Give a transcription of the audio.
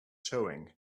showing